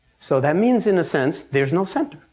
so that means in a sense there's no center.